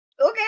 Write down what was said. Okay